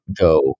go